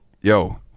yo